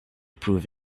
prove